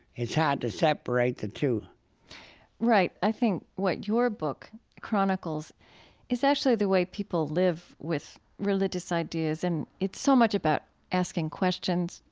it's hard to separate the two right. i think what your book chronicles is actually the way people live with religious ideas. and it's so much about asking questions,